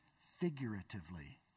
figuratively